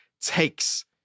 takes